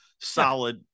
solid